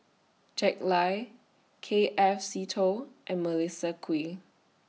Jack Lai K F Seetoh and Melissa Kwee